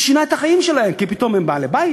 זה שינה את החיים שלהם כי פתאום הם בעלי-בית,